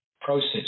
process